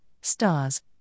stars